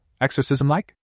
exorcism-like